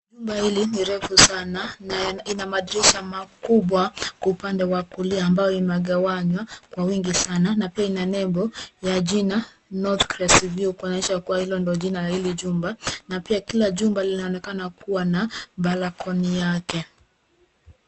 Jumba hili ni refu sana na ina madirisha makubwa kwa upande wa kulia ambayo inagawanywa kwa wingi sana na pia ina nembo ya jina North Crest View kuonyesha kuwa hilo ndio jina hili jumba na pia kila jumba linaonekana kuwa na balcony yake.